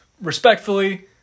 respectfully